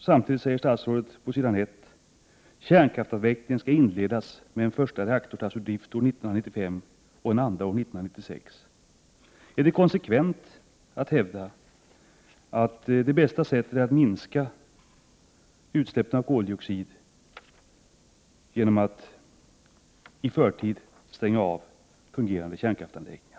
Samtidigt säger statsrådet att ”kärnkraftsavvecklingen skall inledas med att en första reaktor tas ur drift år 1995 och en andra år 1996”. Är det konsekvent att hävda att det bästa sättet att minska utsläppen av koldioxid är att i förtid stänga av fungerande kärnkraftsanläggningar?